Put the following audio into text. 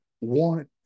want